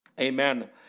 Amen